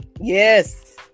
Yes